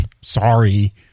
Sorry